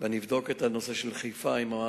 ואני אבדוק את הנושא של חיפה